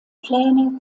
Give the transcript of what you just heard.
pläne